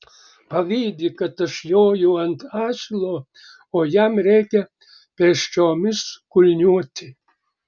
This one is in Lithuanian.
pavydi kad aš joju ant asilo o jam reikia pėsčiomis kulniuoti